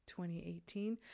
2018